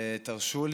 תרשו לי,